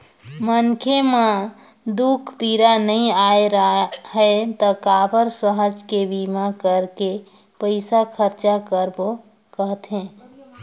मनखे म दूख पीरा नइ आय राहय त काबर सहज के बीमा करके पइसा खरचा करबो कहथे